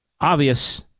obvious